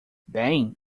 bem